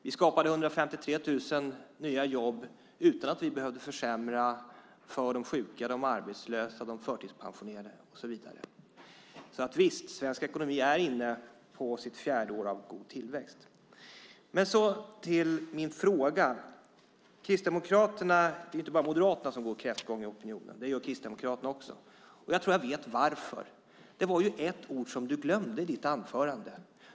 Vi skapade 153 000 nya jobb utan att vi behövde försämra för de sjuka, de arbetslösa, de förtidspensionerade och så vidare. Så visst är svensk ekonomi inne på sitt fjärde år av god tillväxt. Jag kommer nu till min fråga. Det är inte bara Moderaterna som går kräftgång i opinionen. Det gör Kristdemokraterna också. Jag tror att jag vet varför. Det var ett ord som du glömde i ditt anförande.